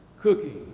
cooking